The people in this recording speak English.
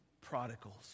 prodigals